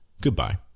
Goodbye